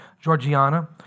Georgiana